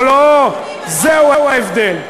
לא, לא, זהו ההבדל.